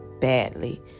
badly